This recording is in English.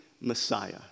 Messiah